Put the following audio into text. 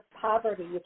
poverty